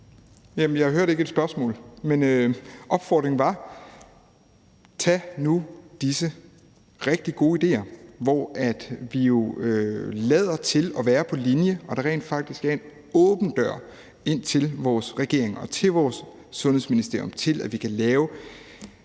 Jeg hørte ikke et spørgsmål. Men min opfordring var: Tag nu disse rigtig gode idéer, hvor vi jo lader til at være på linje, og hvor der jo rent faktisk er en åben dør til vores regering og til vores sundhedsministerium til, at vi kan lykkes